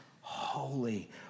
holy